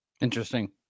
interesting